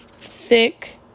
sick